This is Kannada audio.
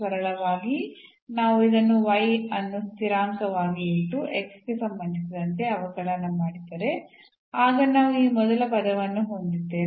ಸರಳವಾಗಿ ನಾವು ಇದನ್ನು ಅನ್ನು ಸ್ಥಿರಾಂಕವಾಗಿ ಇಟ್ಟು ಗೆ ಸಂಬಂಧಿಸಿದಂತೆ ಅವಕಲನ ಮಾಡಿದರೆ ಆಗ ನಾವು ಈ ಮೊದಲ ಪದವನ್ನು ಹೊಂದಿದ್ದೇವೆ